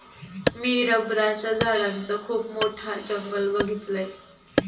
मी रबराच्या झाडांचा खुप मोठा जंगल बघीतलय